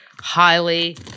Highly